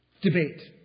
debate